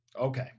Okay